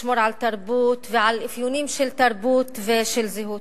לשמור על תרבות ועל אפיונים של תרבות ושל זהות?